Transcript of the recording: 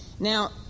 Now